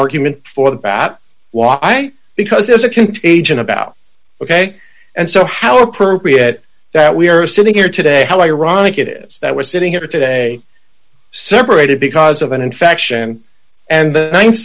argument for the bat why because there's a contagion about ok and so how appropriate that we are sitting here today how ironic it is that we're sitting here today separated because of an infection and the